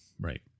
Right